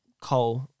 Cole